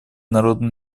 народно